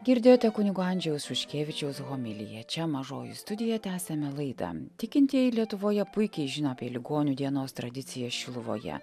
girdėjote kunigo andžejaus šuškevičiaus homiliją čia mažoji studija tęsiame laidą tikintieji lietuvoje puikiai žino apie ligonių dienos tradiciją šiluvoje